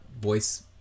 voice